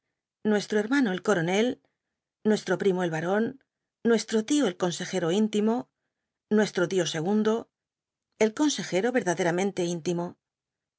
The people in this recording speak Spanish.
nuestro hermano el coronel nuestro primo el barón nuestro tío el consejero íntimo nuestro tío segundo el consejero verdaderamente íntimo